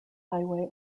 highway